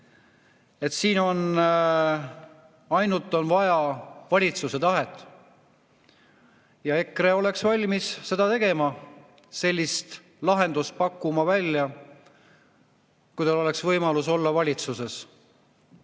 Siin on ainult vaja valitsuse tahet. Ja EKRE oleks valmis seda tegema, pakkuma sellist lahendust välja, kui tal oleks võimalus olla valitsuses.